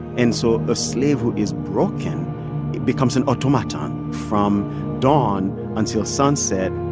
and so a slave who is broken becomes an automaton. from dawn until sunset,